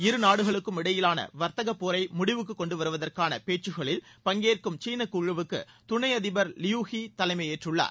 இருநாடுகளுக்கும் இடையிலான வர்த்தகப் போரை முடிவுக்கு கொண்டு வருவதற்கான பேச்சுக்களில் பங்கேற்கும் சீனக் குழுவுக்கு துணை அதிபர் லியூ ஹி தலைமையேற்றுள்ளார்